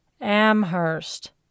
Amherst